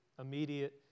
immediate